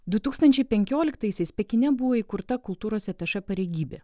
du tūkstančiai penkioliktaisiais pekine buvo įkurta kultūros atašė pareigybė